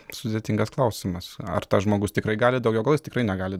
sudėtingas klausimas ar tas žmogus tikrai gali daugiau gal jis tikrai negali